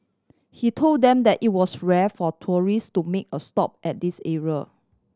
he told them that it was rare for tourists to make a stop at this area